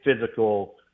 physical –